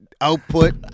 output